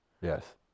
Yes